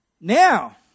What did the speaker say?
Now